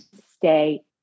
stay